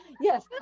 Yes